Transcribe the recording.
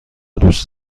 دوست